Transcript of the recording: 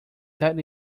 that